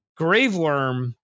Graveworm